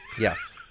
Yes